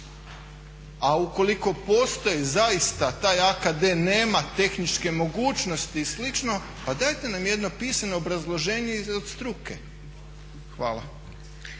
A ukoliko postoji zaista taj AKD nema tehničke mogućnosti i slično, pa dajte nam jedno pisano obrazloženje i od struke. Hvala.